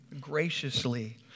graciously